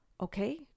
okay